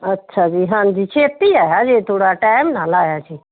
ਅੱਛਾ ਜੀ ਹਾਂਜੀ ਛੇਤੀ ਆਇਆ ਜੇ ਥੋੜ੍ਹਾ ਟਾਈਮ ਨਾ ਲਾਇਆ ਜੇ